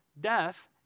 Death